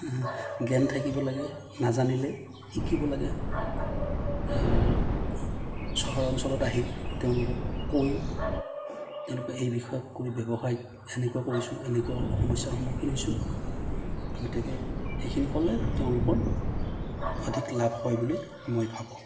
জ্ঞান থাকিব লাগে নাজানিলে শিকিব লাগে চহৰ অঞ্চলত আহি তেওঁলোকক কৈ তেওঁলোকে এই বিষয়ক কৈ ব্যৱসায়ত এনেকুৱা কৰিছোঁ এনেকুৱা সমস্যাৰ সন্মুখীন হৈছোঁ গতিকে এইখিনি ক'লে তেওঁলোকৰ অধিক লাভ হয় বুলি মই ভাবোঁ